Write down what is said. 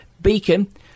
Beacon